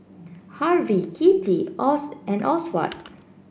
Harvie Kitty and Oswald